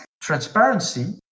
transparency